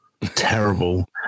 terrible